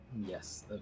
Yes